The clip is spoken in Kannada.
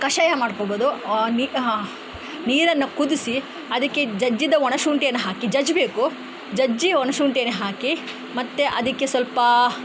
ಕಷಾಯ ಮಾಡ್ಕೋಬೋದು ನೀರನ್ನು ಕುದಿಸಿ ಅದಕ್ಕೆ ಜಜ್ಜಿದ ಒಣಶುಂಠಿಯನ್ನು ಹಾಕಿ ಜಜ್ಜಬೇಕು ಜಜ್ಜಿ ಒಣಶುಂಠಿಯನ್ನು ಹಾಕಿ ಮತ್ತು ಅದಕ್ಕೆ ಸ್ವಲ್ಪ